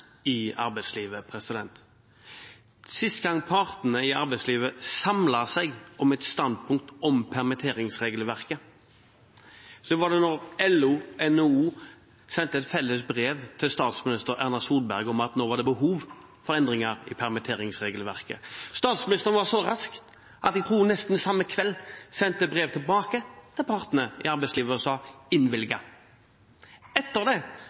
i arbeidslivet. Sist gang partene i arbeidslivet samlet seg om et standpunkt om permitteringsregelverket, var da LO og NHO sendte et felles brev til statsminister Erna Solberg om at det var behov for endringer i permitteringsregelverket. Statsministeren var så rask at jeg tror nesten det var samme kvelden hun sendte et brev tilbake til partene i arbeidslivet og sa: Innvilget. Etter